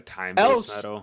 else